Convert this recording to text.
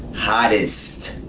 hottest,